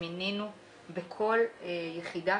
מינינו בכל יחידה